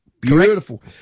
Beautiful